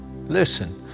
Listen